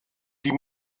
die